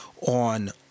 on